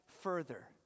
further